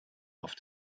auf